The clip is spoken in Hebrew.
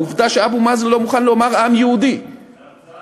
העובדה שאבו מאזן לא מוכן לומר "עם יהודי" זו המצאה.